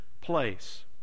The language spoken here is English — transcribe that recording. place